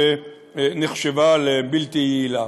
שנחשבה לבלתי יעילה.